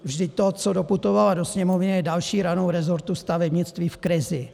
Vždyť to, co doputovalo do Sněmovny, je další ranou rezortu stavebnictví v krizi.